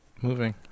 moving